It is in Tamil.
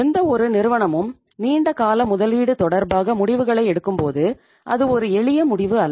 எந்தவொரு நிறுவனமும் நீண்ட கால முதலீடு தொடர்பாக முடிவுகளை எடுக்கும்போது அது ஒரு எளிய முடிவு அல்ல